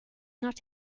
not